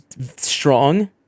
strong